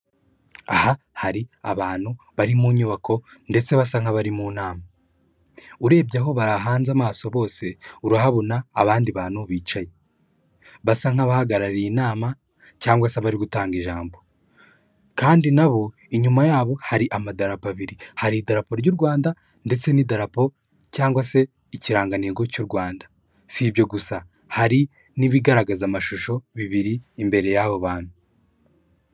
Aha hari abantu bari mu nyubako ndetse basa nk'abari mu nama, urebye aho bahanze amaso bose urahabona abandi bantu bicaye basa nk'abahagarariye inama cyangwa se bari gutanga ijambo kandi n'abo inyuma yabo hari amadarapo abiri. Hari idarapo ry'u Rwanda ndetse n'idarabo cyangwa se ikirangantego cy'u Rwanda. Sibyo gusa hari n'ibigaragaza amashusho bibiri imbere y'abo bantu.